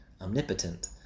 omnipotent